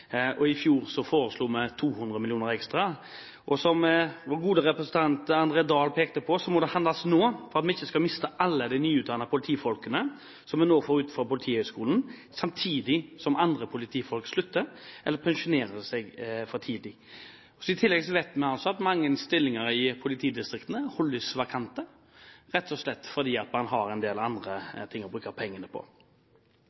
I fjor foreslo vi 200 mill. kr ekstra. Som vår gode representant André Oktay Dahl pekte på, må det handles nå for at vi ikke skal miste alle de nyutdannede politifolkene som vi nå får ut fra Politihøgskolen, samtidig som andre politifolk slutter eller pensjonerer seg for tidlig. I tillegg vet vi at mange stillinger i politidistriktene holdes vakante, rett og slett fordi man har en del andre